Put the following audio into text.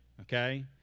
okay